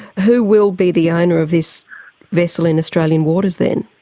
who will be the owner of this vessel in australian waters, then?